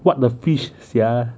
what the fish sia